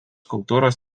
kultūros